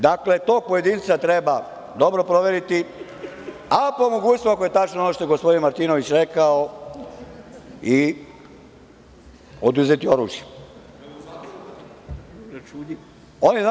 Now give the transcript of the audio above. Dakle, tog pojedinca treba dobro proveriti, a po mogućstvu, ako je tačno, ono što je gospodin Martinović rekao, i oduzeti oružje.